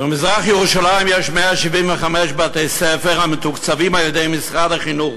במזרח-ירושלים יש 175 בתי-ספר המתוקצבים על-ידי משרד החינוך.